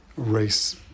race